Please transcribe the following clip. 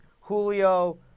Julio